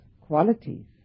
qualities